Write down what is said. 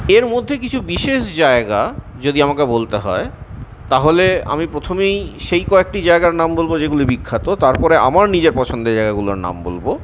এর মধ্যে কিছু বিশেষ জায়গা যদি আমাকে বলতে হয় তাহলে আমি প্রথমেই সেই কয়েকটি জায়গার নাম বলবো যেগুলি বিখ্যাত তারপর আমার নিজের পছন্দের জায়গাগুলোর নাম বলবো